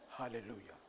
Hallelujah